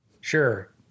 Sure